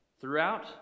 Throughout